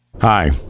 Hi